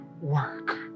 work